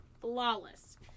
Flawless